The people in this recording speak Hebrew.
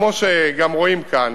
כמו שגם רואים כאן,